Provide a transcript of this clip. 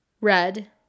Red